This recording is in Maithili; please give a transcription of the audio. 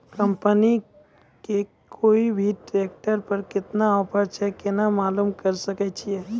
कंपनी के कोय भी ट्रेक्टर पर केतना ऑफर छै केना मालूम करऽ सके छियै?